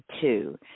two